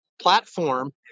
platform